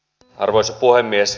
arvoisa puhemies